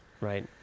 Right